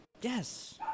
Yes